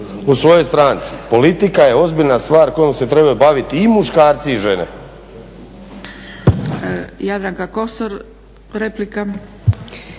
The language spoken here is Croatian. u svojoj stranci. Politika je ozbiljna stvar kojom se trebaju baviti i muškarci i žene.